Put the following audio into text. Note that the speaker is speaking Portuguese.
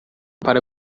para